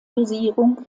dosierung